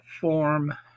form